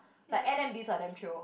like n_m_ds are damn chio